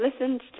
listened